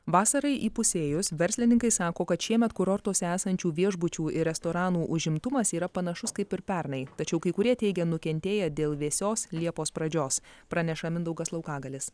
vasarai įpusėjus verslininkai sako kad šiemet kurortuose esančių viešbučių ir restoranų užimtumas yra panašus kaip ir pernai tačiau kai kurie teigia nukentėję dėl vėsios liepos pradžios praneša mindaugas laukagalis